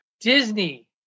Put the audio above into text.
Disney